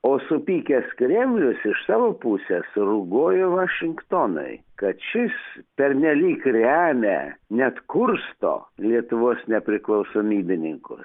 o supykęs kremlius iš savo pusės rūgoja vašingtonui kad šis pernelyg remia net kursto lietuvos nepriklausomybininkus